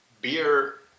beer